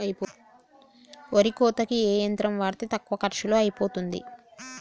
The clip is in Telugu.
వరి కోతకి ఏ యంత్రం వాడితే తక్కువ ఖర్చులో అయిపోతుంది?